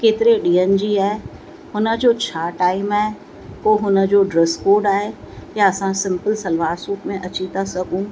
केतिरे ॾींहनि जी आहे हुन जो छा टाइम आहे को हुन जो ड्रेस कोड आहे या असां सिंपिल सलवार सूट में अची था सघूं